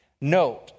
Note